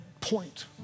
point